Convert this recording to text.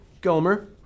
Gomer